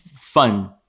fun